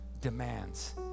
demands